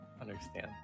understand